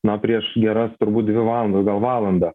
na prieš geras turbūt dvi valandas gal valandą